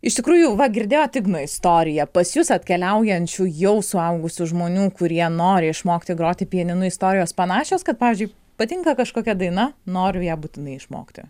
iš tikrųjų va girdėjot igno istoriją pas jus atkeliaujančių jau suaugusių žmonių kurie nori išmokti groti pianinu istorijos panašios kad pavyzdžiui patinka kažkokia daina noriu ją būtinai išmokti